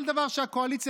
כל דבר שהקואליציה,